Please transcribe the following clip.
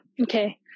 okay